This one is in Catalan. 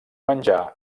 menjar